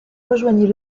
rejoignit